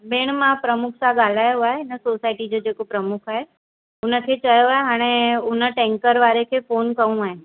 भेण मां प्रमुख सां ॻाल्हायो आहे हिन सोसाइटी जो जेको प्रमुख आहे हुनखे चयो आहे हाणे हुन टेंकर वारे खे फ़ोन करणु आहे